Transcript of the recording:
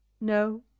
No